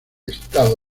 estado